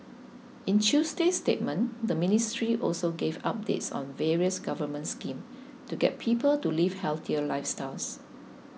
in Tuesday's statement the ministry also gave updates on various government schemes to get people to live healthier lifestyles